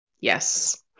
yes